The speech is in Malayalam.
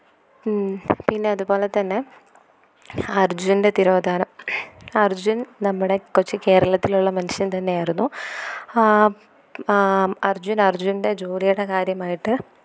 പിന്നെ അതുപോലെത്തന്നെ അര്ജുന്റെ തിരോധാനം അര്ജുന് നമ്മുടെ കൊച്ച് കേരളത്തിലൊള്ള മനുഷ്യന് തന്നെയാരുന്നു അര്ജുന് അര്ജുന്റെ ജോലിയുടെ കാര്യമായിട്ട്